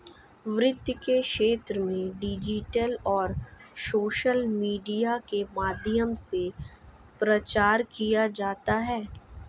वित्त के क्षेत्र में डिजिटल और सोशल मीडिया के माध्यम से प्रचार किया जाता है